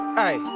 hey